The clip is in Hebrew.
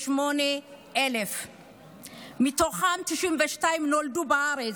168,000. מתוכם 92,000 נולדו בארץ.